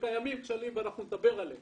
קיימים כשלים ואנחנו נדבר עליהם.